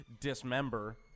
dismember